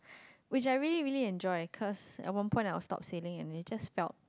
which I really really enjoy cause I want point of stop selling and then just spelt